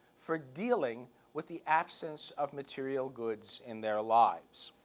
for dealing with the absence of material goods in their lives.